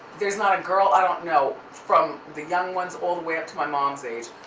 there's not a girl i don't know, from the young ones, all the way up to my mom's age,